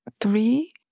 three